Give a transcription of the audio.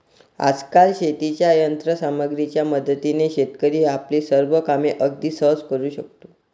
आजकाल शेतीच्या यंत्र सामग्रीच्या मदतीने शेतकरी आपली सर्व कामे अगदी सहज करू शकतो